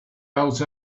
out